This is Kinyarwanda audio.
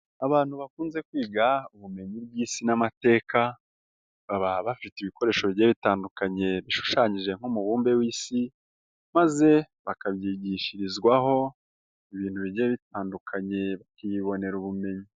Abantu bakunze kwiga ubumenyi bw'isi n'amateka baba bafite ibikoresho bigiye bitandukanye bishushanyije nk'umubumbe w'isi maze bakabyigishirizwaho ibintu bigiye bitandukanye bakibonera ubumenyi.